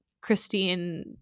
Christine